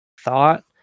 thought